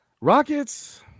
Rockets